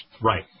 Right